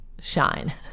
shine